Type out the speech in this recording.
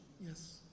Yes